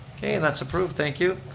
okay, and that's approved, thank you.